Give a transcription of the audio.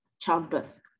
childbirth